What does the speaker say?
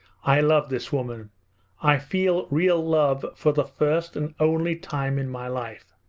i love this woman i feel real love for the first and only time in my life.